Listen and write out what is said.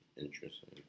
Interesting